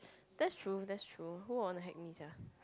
that's true that's true who will wanna hack me sia